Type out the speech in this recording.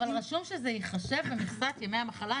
כתוב שזה ייחשב במכסת ימי המחלה,